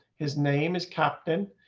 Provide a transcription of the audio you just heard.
his name is captain.